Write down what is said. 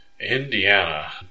Indiana